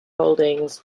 holdings